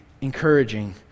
encouraging